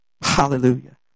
Hallelujah